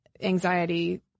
anxiety